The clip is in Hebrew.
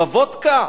בוודקה?